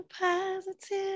positive